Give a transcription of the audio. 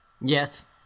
Yes